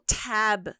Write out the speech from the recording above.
tab